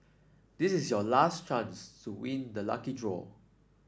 this is your last chance to win the lucky draw